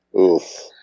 Oof